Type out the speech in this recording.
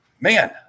man